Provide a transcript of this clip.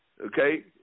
Okay